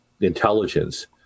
intelligence